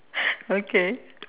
okay